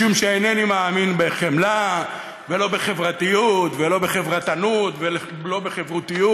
משום שאינני מאמין לא בחמלה ולא בחברתיות ולא בחברתנות ולא בחברותיות.